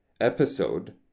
episode